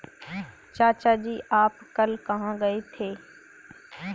चाचा जी आप कल कहां गए थे?